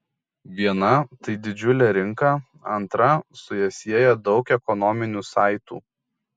viena tai didžiulė rinka antra su ja sieja daug ekonominių saitų